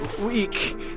weak